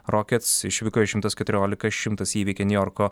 rokets išvykoje šimtas keturiolika šimtas įveikė niujorko